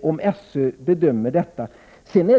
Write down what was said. om SÖ bedömer detta nödvändigt.